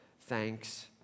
Thanks